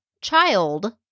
child